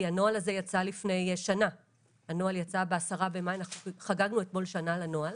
הנוהל הזה יצא לפני שנה - חגגנו אתמול שנה לנוהל